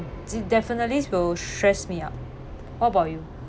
de~ definitely will stressed me up what about you